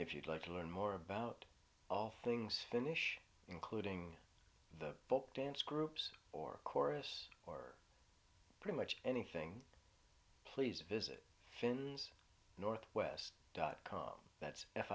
if you'd like to learn more about all things finish including the folk dance groups or chorus or pretty much anything please visit fins north west dot com that's